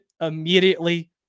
immediately